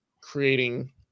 creating